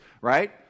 right